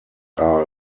are